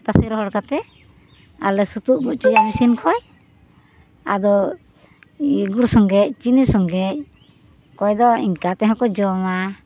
ᱛᱟᱥᱮ ᱨᱚᱦᱚᱲ ᱠᱟᱛᱮ ᱟᱨ ᱥᱩᱛᱩᱜ ᱟᱹᱜᱩ ᱦᱚᱪᱚᱭᱟ ᱢᱤᱥᱤᱱ ᱠᱷᱚᱱ ᱟᱫᱚ ᱜᱩᱲ ᱥᱚᱜᱮ ᱪᱤᱱᱤ ᱥᱚᱜᱮ ᱚᱠᱚᱭ ᱫᱚ ᱤᱱᱠᱟᱹ ᱛᱮᱦᱚᱸ ᱠᱚ ᱡᱚᱢᱟ